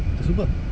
tu sebab